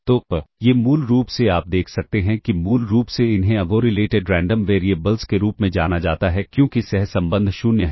तो ये मूल रूप से आप देख सकते हैं कि मूल रूप से इन्हें अनकोरिलेटेड रैंडम वेरिएबल्स के रूप में जाना जाता है क्योंकि सहसंबंध 0 है